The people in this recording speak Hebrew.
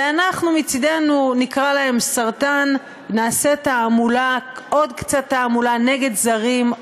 ואנחנו מצדנו נקרא להם "סרטן" ונעשה עוד קצת תעמולה נגד זרים,